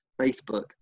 Facebook